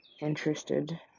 interested